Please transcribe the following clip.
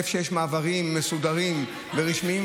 איפה שיש מעברים מסודרים ורשמיים,